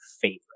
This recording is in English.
favorite